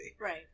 Right